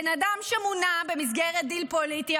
בן אדם מונה במסגרת דיל פוליטי,